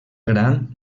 gran